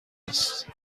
است